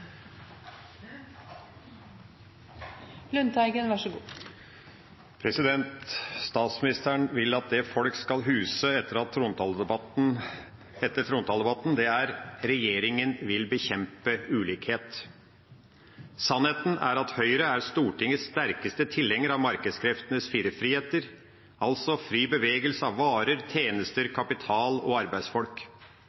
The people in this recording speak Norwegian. at regjeringa vil bekjempe ulikhet. Sannheten er at Høyre er Stortingets sterkeste tilhenger av markedskreftenes fire friheter, altså fri bevegelse av varer, tjenester,